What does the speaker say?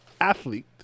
athlete